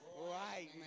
right